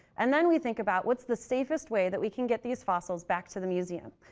and then we think about what's the safest way that we can get these fossils back to the museum.